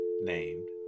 named